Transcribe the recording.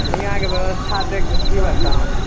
हियाँके बेबस्था देखिके कि बताउ